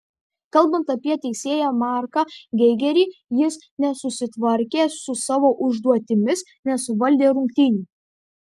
kalbant apie teisėją marką geigerį jis nesusitvarkė su savo užduotimis nesuvaldė rungtynių